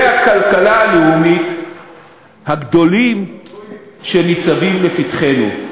והכלכלה הלאומית הגדולים שניצבים לפתחנו.